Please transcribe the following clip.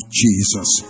jesus